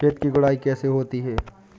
खेत की गुड़ाई कैसे होती हैं?